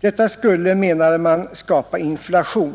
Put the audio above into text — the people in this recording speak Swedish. Detta skulle, menade man, skapa inflation.